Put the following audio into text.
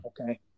Okay